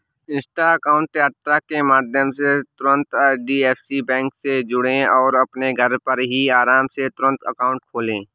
Insta account यात्रा के माध्यम से तुरंत एच.डी.एफ.सी बैंक से जुड़ें और अपने घर पर ही आराम से तुरंत अकाउंट खोले